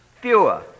fewer